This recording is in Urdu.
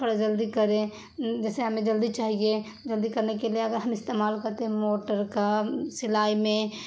تھوڑا جلدی کریں جیسے ہمیں جلدی چاہیے جلدی کرنے کے لیے اگر ہم استعمال کرتے ہیں موٹر کا سلائی میں